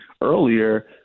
earlier